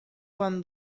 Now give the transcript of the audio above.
pan